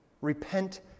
Repent